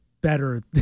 better